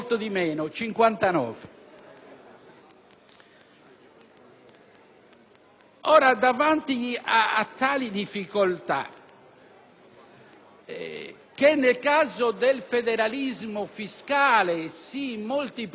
Ora, davanti a tali difficoltà, che nel caso del federalismo fiscale si moltiplicheranno per molte volte,